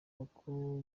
kuko